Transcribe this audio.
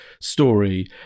Story